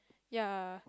ya